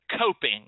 coping